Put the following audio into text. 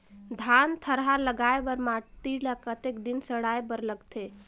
धान थरहा लगाय बर माटी ल कतेक दिन सड़ाय बर लगथे?